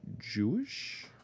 jewish